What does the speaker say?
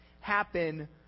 happen